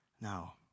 Now